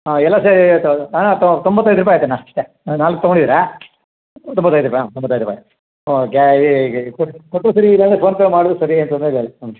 ಹಾಂ ಎಲ್ಲ ಸೇರಿ ಹಾಂ ತೊಂಬತ್ತೈದು ರೂಪಾಯಿ ಆಯಿತಣ್ಣ ಅಷ್ಟೇ ಹಾಂ ನಾಲ್ಕು ತಗೊಂಡಿದ್ದೀರಾ ತೊಂಬತ್ತೈದು ರೂಪಾಯಿ ಹಾಂ ತೊಂಬತ್ತೈದು ರೂಪಾಯಿ ಹ್ಞೂ ಗ್ಯಾ ಈ ಈ ಕೊಟ್ಟರೂ ಸರಿ ಇಲ್ಲಾಂದ್ರೆ ಫೋನ್ಪೇ ಮಾಡಿದ್ರೂ ಸರಿ ಏನೂ ತೊಂದರೆ ಇಲ್ಲ ನಮಗೆ